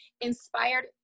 inspired